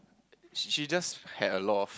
she she just had a lot of